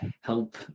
help